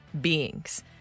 beings